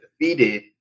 defeated